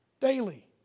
Daily